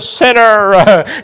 sinner